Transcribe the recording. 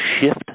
shift